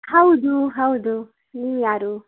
ಹೌದೂ ಹೌದು ನೀವ್ಯಾರು